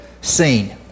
seen